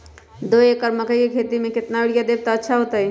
दो एकड़ मकई के खेती म केतना यूरिया देब त अच्छा होतई?